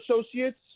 associates